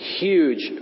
huge